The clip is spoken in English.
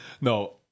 No